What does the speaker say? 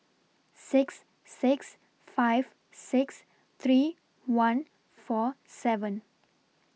six six five six three one four seven